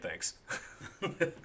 thanks